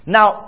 Now